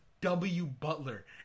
W-Butler